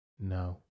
No